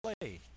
play